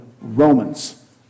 Romans